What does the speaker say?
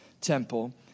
temple